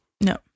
No